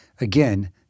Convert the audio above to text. Again